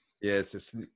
Yes